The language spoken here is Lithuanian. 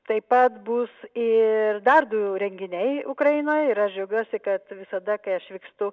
taip pat bus ir dar du renginiai ukrainoj ir aš džiaugiuosi kad visada kai aš vykstu